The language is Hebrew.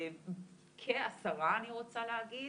כ-10 אני רוצה להגיד,